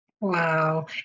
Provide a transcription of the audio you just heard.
Wow